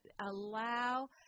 allow